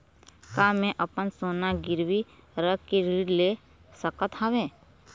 का मैं अपन सोना गिरवी रख के ऋण ले सकत हावे?